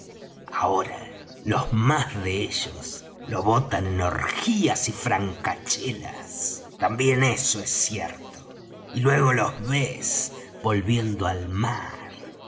ahora los más de ellos lo botan en orgías y francachelas también eso es cierto y luego los ves volviendo al mar